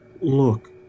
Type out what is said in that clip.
look